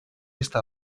esta